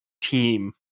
team